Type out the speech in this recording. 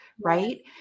right